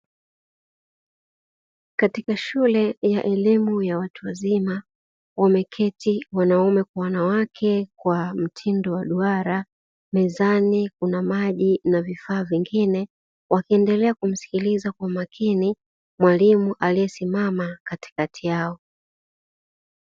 Katika shule ya elimu ya watu wazima wameketi wanaume kwa wanawake kwa mtindo wa duara, mezani kuna maji na vifaa vingine wakiendelea kumsikiliza kwa umakini mwalimu aliyesimama katikati yao.